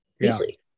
deeply